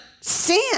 sin